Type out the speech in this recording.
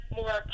more